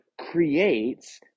creates